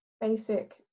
basic